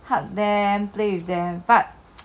hug them play with them but